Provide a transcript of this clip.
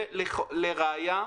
ולראיה,